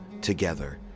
Together